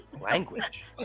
Language